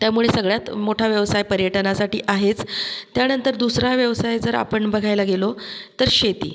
त्यामुळे सगळ्यात मोठा व्यवसाय पर्यटनासाठी आहेच त्यानंतर दुसरा व्यवसाय जर आपण बघायला गेलो तर शेती